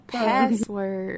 password